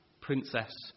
princess